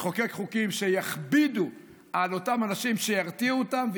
לחוקק חוקים שיכבידו על אותם אנשים, שירתיעו אותם.